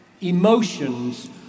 Emotions